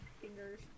fingers